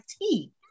tea